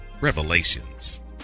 Revelations